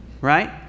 right